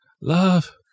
Love